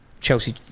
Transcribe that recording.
Chelsea